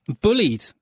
bullied